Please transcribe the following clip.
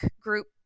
group